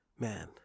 Man